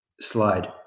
slide